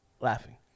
laughing